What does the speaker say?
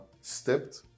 stepped